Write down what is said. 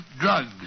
drugs